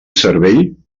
cervell